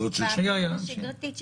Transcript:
בפעילות השגרתית שלהן.